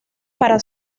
para